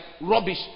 rubbish